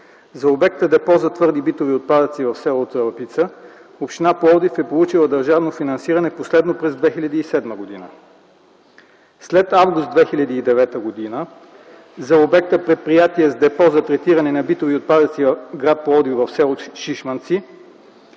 За обекта Депо за твърди битови отпадъци в с. Цалапица община Пловдив е получила държавно финансиране последно през 2007 г. След месец август 2009 г. за обекта Предприятие с депо за третиране на битови отпадъци – гр. Пловдив, в с. Шишманци